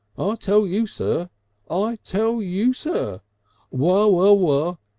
ah tell you, sir i tell you, sir waw-waw-waw.